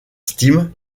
steam